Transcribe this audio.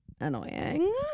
annoying